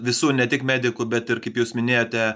visų ne tik medikų bet ir kaip jūs minėjote